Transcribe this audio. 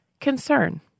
concern